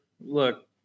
look